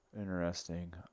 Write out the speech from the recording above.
interesting